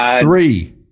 three